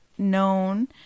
known